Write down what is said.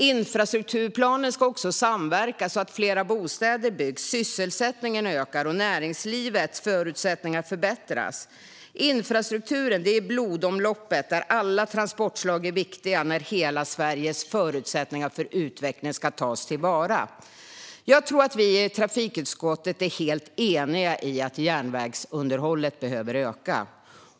Infrastrukturplanen ska också samverka, så att fler bostäder byggs, sysselsättningen ökar och näringslivets förutsättningar förbättras. Infrastrukturen är blodomloppet där alla transportslag är viktiga när hela Sveriges förutsättningar för utveckling ska tas till vara. Jag tror att vi i trafikutskottet är helt eniga i att järnvägsunderhållet behöver öka.